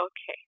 Okay